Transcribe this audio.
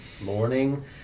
morning